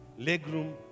legroom